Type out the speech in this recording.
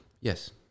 Yes